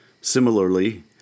Similarly